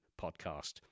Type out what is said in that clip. Podcast